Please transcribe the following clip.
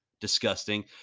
disgusting